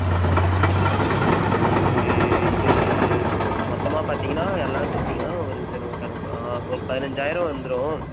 ஆ ஆ இது ஒரு இது மொத்தமாக பார்த்தீங்கன்னா எல்லாம் சேர்த்தீங்கன்னா ஒரு நிமிஷம் இருங்க கணக்கு பா ஒரு பதினைஞ்சாயிரம் வந்துரும்